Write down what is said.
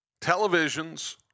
televisions